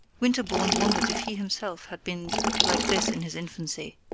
winterbourne wondered if he himself had been like this in his infancy,